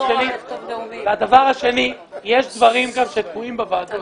הדבר השני, יש דברים שתקועים בוועדות